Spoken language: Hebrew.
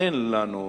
אין לנו